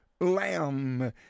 lamb